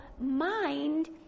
mind